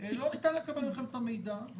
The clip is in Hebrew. לא ניתן לקבל מכם את המידע.